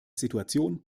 situation